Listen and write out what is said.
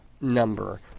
number